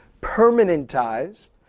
permanentized